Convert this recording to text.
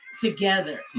together